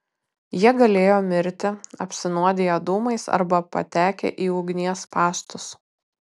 jie galėjo mirti apsinuodiję dūmais arba patekę į ugnies spąstus